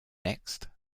next